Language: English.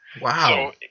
wow